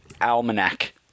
almanac